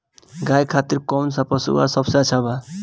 गाय खातिर कउन सा पशु आहार सबसे अच्छा बा?